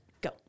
go